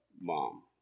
mom